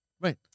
Right